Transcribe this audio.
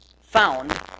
Found